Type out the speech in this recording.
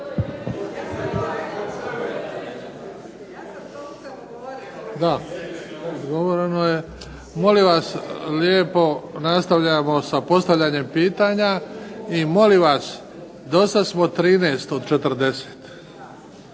Luka (HDZ)** Molim vas lijepo, nastavljamo sa postavljanjem pitanja. I molim vas, dosad smo 13 od 40.